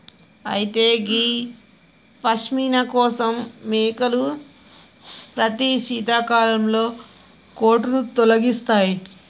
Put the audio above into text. అయితే గీ పష్మిన కోసం మేకలు ప్రతి శీతాకాలం కోటును తొలగిస్తాయి